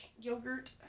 yogurt